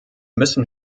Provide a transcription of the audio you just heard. müssen